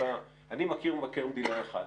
אני מכיר מבקר מדינה אחד.